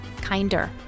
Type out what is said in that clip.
kinder